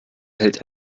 hält